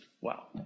wow